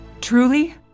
Truly